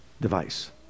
device